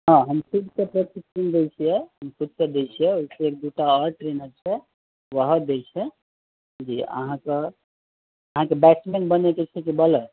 हँ हम खुदसे प्रैक्टिस करबै छियै हम खुदसे दै छियै एक दू टा आओर ट्रेनर छै ओहो दै छे जी अहाँके अहाँके बैट्समैन बनेके अछि कि बॉलर